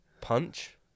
Punch